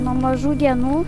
nuo mažų dienų